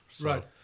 right